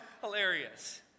hilarious